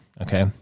okay